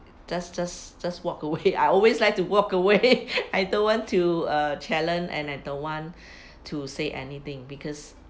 just just just walk away I always like to walk away I don't want to uh challenge and I don't want to say anything because